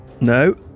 No